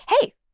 Hey